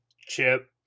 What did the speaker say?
chip